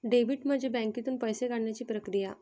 debit म्हणजे बँकेतून पैसे काढण्याची प्रक्रिया